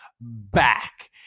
back